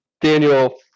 Daniel